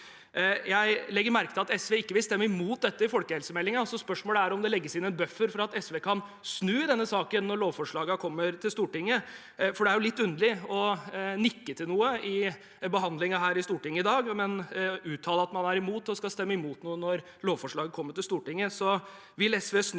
Jeg legger merke til at SV ikke vil stemme mot dette i forbindelse med folkehelsemeldingen, så spørsmålet er om det legges inn en buffer for at SV kan snu i denne saken når lovforslagene kommer til Stortinget. Det er litt underlig å nikke til noe i behandlingen her i Stortinget i dag, men uttale at man er imot og skal stemme imot noe når lovforslaget kommer til Stortinget.